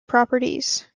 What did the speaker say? properties